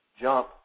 jump